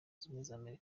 zunze